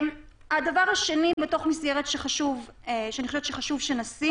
הדבר השני שחשוב שנשים